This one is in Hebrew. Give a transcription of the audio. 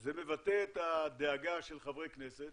שזה מבטא את הדאגה של חברי כנסת